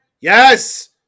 Yes